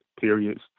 periods